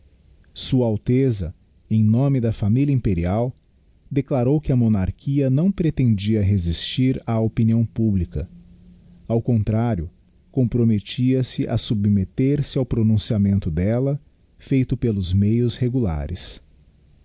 sua alteza em nome da familia imperial declarou que a monarchia não pretendia resistir á opinião publica ao contrario compromettia se a submetter se ao pronunciamento delia feito pelos meios regulares